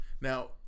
Now